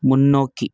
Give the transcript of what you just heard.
முன்னோக்கி